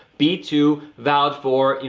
b two vowed for. you